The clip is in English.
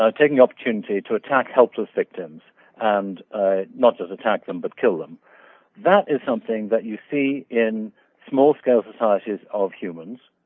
ah taking opportunity to attack helpless victims and ah not just attack them but kill them that is something that you see in small scale societies of humans